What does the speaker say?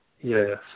Yes